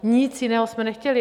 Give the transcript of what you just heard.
Nic jiného jsme nechtěli.